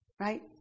right